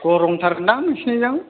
गरमथार दां नोंसिनिजों